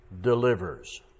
delivers